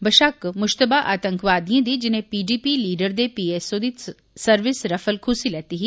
बशक्क मुश्तवा आतंकवादिए दी जिनें पीडीपी लीडर दे पीएसओ दी सर्विस रफल खुस्सी लैती ही